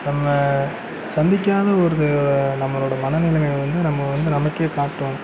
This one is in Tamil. நம்ம சந்திக்காத ஒரு நம்மளோட மனநிலைமை வந்து நம்ம வந்து நமக்கே காட்டும்